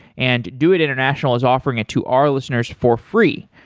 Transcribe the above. and doit international is offering it to our listeners for free.